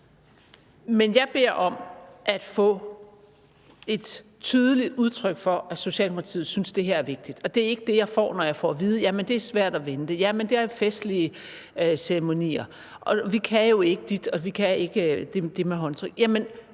Men jeg beder om at få et tydeligt udtryk for, at Socialdemokratiet synes, at det her er vigtigt. Det er ikke det, jeg får, når jeg får at vide: Jamen det er svært at vente, og at det er festlige ceremonier, og vi kan jo ikke dit, og vi kan ikke det med håndtryk. Hvis